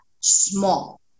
small